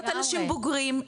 להיות אנשים בוגרים,